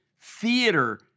theater